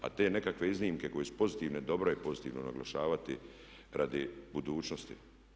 A te nekakve iznimke koje su pozitivne dobro je pozitivno naglašavati radi budućnosti.